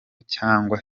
cyangwa